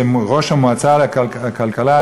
ראש המועצה לכלכלה,